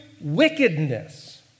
wickedness